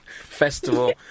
festival